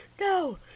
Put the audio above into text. no